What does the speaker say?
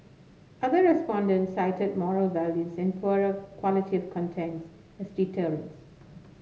other respondent cited moral values and poorer quality of contents as deterrents